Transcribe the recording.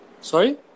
Sorry